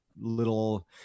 little